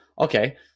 okay